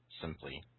simply